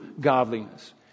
godliness